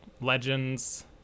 legends